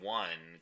one